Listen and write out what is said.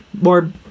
more